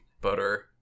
butter